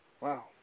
Wow